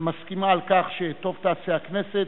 מסכימה על כך שטוב תעשה הכנסת